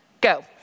go